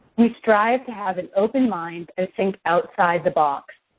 we strive to have an open mind and think outside the box.